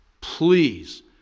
please